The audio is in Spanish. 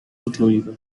incluido